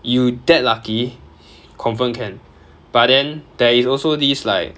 you that lucky confirm can but then there is also this like